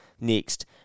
next